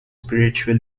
spiritual